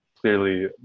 clearly